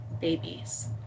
babies